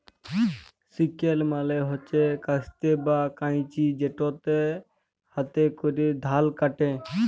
sickle মালে হছে কাস্তে বা কাঁইচি যেটতে হাতে ক্যরে ধাল ক্যাটে